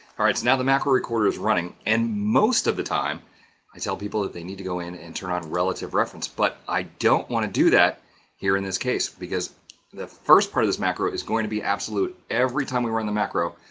all right. so now the macro recorder is running and most of the time i tell people that they need to go in and turn on relative reference. but i don't want to do that here in this case, because the first part of this macro is going to be absolute. every time we run the macro,